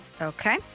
Okay